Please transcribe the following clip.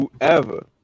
whoever